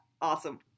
awesome